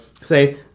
say